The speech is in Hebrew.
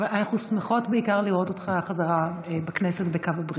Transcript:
אבל אנחנו שמחות בעיקר לראות אותך בחזרה בכנסת בקו הבריאות.